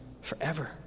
forever